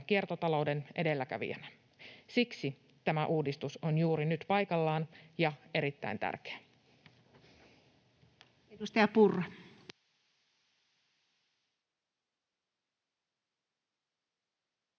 kiertotalouden edelläkävijänä. Siksi tämä uudistus on juuri nyt paikallaan ja erittäin tärkeä. [Speech 11]